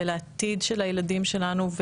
ולעתיד של הילדים שלנו,